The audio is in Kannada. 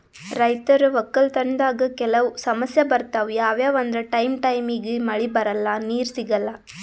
ರೈತರ್ ವಕ್ಕಲತನ್ದಾಗ್ ಕೆಲವ್ ಸಮಸ್ಯ ಬರ್ತವ್ ಯಾವ್ಯಾವ್ ಅಂದ್ರ ಟೈಮ್ ಟೈಮಿಗ್ ಮಳಿ ಬರಲ್ಲಾ ನೀರ್ ಸಿಗಲ್ಲಾ